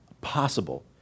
possible